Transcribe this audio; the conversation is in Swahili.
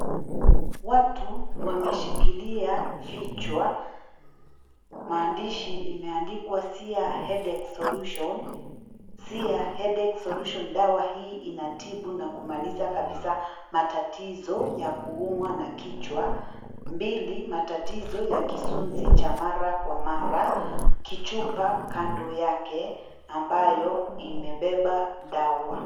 Watu wameshikilia vichwa. Maandishi imeandikwa si ya headache solution ,si ya headache solution ,dawa hii inatibu na kumaliza kabisa matatizo ya kuumwa na kichwa, mbili matatizo ya kisunzi cha mara kwa mara. Kichupa kando yake ambayo imebeba dawa.